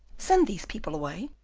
send these people away,